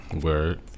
Word